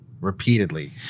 repeatedly